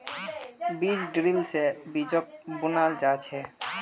बीज ड्रिल से बीजक बुनाल जा छे